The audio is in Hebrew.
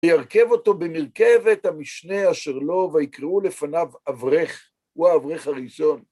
וירכב אותו במרכבת המשנה אשר לו, ויקראו לפניו אברך, הוא האברך הראשון.